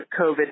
COVID